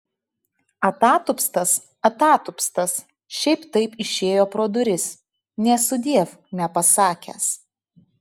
atatupstas atatupstas šiaip taip išėjo pro duris nė sudiev nepasakęs